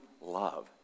love